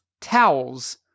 towels